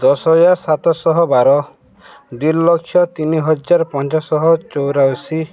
ଦଶ ହଜାର ସାତଶହ ବାର ଦୁଇ ଲକ୍ଷ ତିନି ହଜାର ପାଞ୍ଚଶହ ଚଉରାଅଶୀ